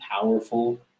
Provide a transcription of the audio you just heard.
powerful